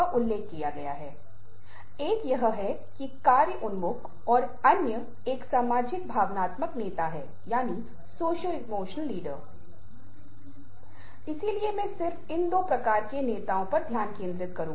उदाहरण के लिए जब कोई आईआईटी में आता है तो वह एक विशेष तरीके से व्यवहार करता है लेकिन 2 से 3 साल में वह एक निश्चित प्रकार की संस्कृति का अधिग्रहण कर लेता है